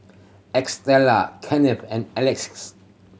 Estella Kenneth and Alexis